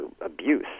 abuse